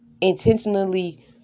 intentionally